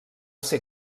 ser